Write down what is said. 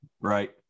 right